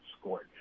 scored